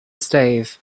save